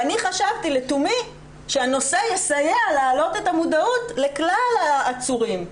אני לתומי חשבתי שהנושא יסייע להעלות את המודעות לכלל העצורים.